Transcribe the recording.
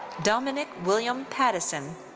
dominic william pattison.